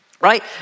right